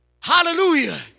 Hallelujah